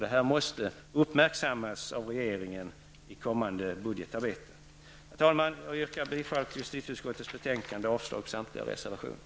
Detta måste uppmärksammas av regeringen i kommande budgetarbete. Herr talman! Jag yrkar bifall till justitieutskottets betänkande 34 och avslag på samtliga reservationer.